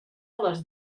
les